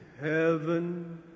heaven